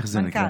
איך זה נקרא?